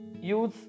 use